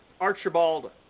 Archibald